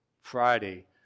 Friday